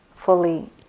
fully